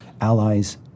Allies